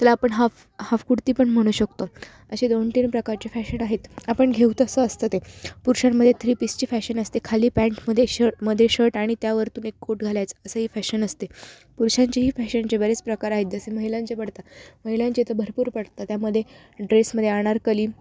त्याला आपण half half कुर्ती पण म्हणू शकतो असे दोन तीन प्रकारचे फॅशन आहेत आपण घेऊत असं असतं ते पुरुषांमध्ये थ्री पीसची फॅशन असते खाली पॅन्टमध्ये शर् मध्ये शर्ट आणि त्यावरतून एक कोट घालायचं असंही फॅशन असते पुरुषांचेही फॅशनचे बरेच प्रकार आहेत जसे महिलांचे पडतात महिलांचे तर भरपूर पडतं त्यामध्ये ड्रेसमध्ये अनारकली